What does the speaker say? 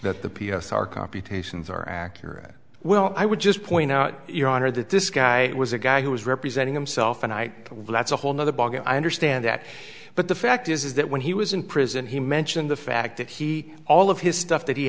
that the p s r computations are accurate well i would just point out your honor that this guy was a guy who was representing himself and i know that's a whole nother ballgame i understand that but the fact is that when he was in prison he mentioned the fact that he all of his stuff that he